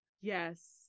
Yes